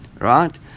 Right